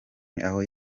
aho